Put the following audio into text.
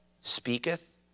speaketh